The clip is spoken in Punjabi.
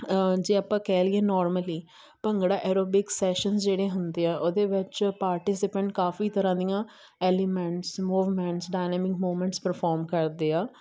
ਜੇ ਆਪਾਂ ਕਹਿ ਲਈਏ ਨੋਰਮਲੀ ਭੰਗੜਾ ਐਰੋਬਿਕਸ ਸੈਸ਼ਨ ਜਿਹੜੇ ਹੁੰਦੇ ਆ ਉਹਦੇ ਵਿੱਚ ਪਾਰਟੀਸਪੈਂਟ ਕਾਫੀ ਤਰ੍ਹਾਂ ਦੀਆਂ elements movements dynamic movements perform ਕਰਦੇ ਆ